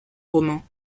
romains